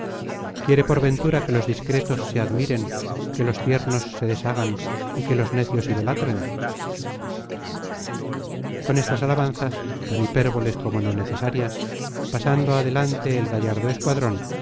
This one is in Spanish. quiere por ventura que los discretos se admiren que los tiernos se deshagan y que los necios idolatren con estas alabanzas tan hipérboles como no necesarias pasando adelante el gallardo escuadron